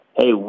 hey